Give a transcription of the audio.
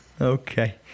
Okay